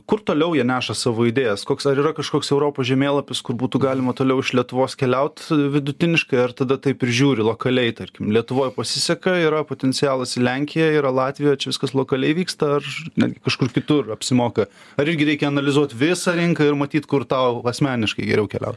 kur toliau jie neša savo idėjas koks ar yra kažkoks europos žemėlapis kur būtų galima toliau iš lietuvos keliaut vidutiniškai ar tada taip ir žiūri lokaliai tarkim lietuvoj pasiseka yra potencialas lenkija yra latvija čia viskas lokaliai vyksta ar netgi kažkur kitur apsimoka ar irgi reikia analizuot visą rinką ir matyt kur tau asmeniškai geriau keliaut